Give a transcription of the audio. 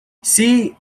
see